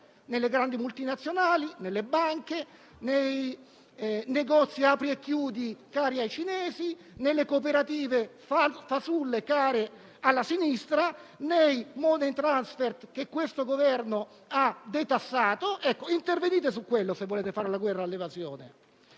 Nelle grandi multinazionali, nelle banche, nei negozi «apri e chiudi», cari ai cinesi, nelle cooperative fasulle, care alla sinistra, nei *money transfer* che il Governo ha detassato. Ecco, se volete fare la guerra all'evasione,